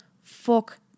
Fuck